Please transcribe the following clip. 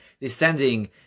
descending